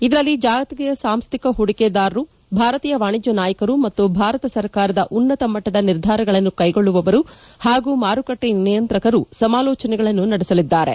ಇದರಲ್ಲಿ ಜಾಗತಿಕ ಸಾಂಸ್ಡಿಕ ಹೂಡಿಕೆದಾರರು ಭಾರತೀಯ ವಾಣಿಜ್ಯ ನಾಯಕರು ಮತ್ತು ಭಾರತ ಸರ್ಕಾರದ ಉನ್ನತಮಟ್ಟದ ನಿರ್ಧಾರಗಳನ್ನು ಕೈಗೊಳ್ಳುವವರು ಹಾಗೂ ಮಾರುಕಟ್ಟೆ ನಿಯಂತ್ರಕರು ಸಮಾಲೋಚನೆಗಳನ್ನು ನಡೆಸಲಿದ್ದಾರೆ